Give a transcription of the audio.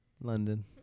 London